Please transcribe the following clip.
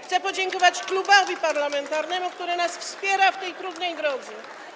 Chcę podziękować klubowi parlamentarnemu, który nas wspiera na tej trudnej drodze.